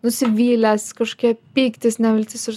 nusivylęs kažkokie pyktis neviltis ir